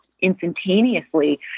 instantaneously